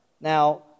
Now